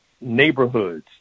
neighborhoods